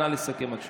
נא לסכם, בבקשה.